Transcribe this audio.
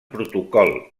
protocol